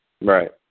Right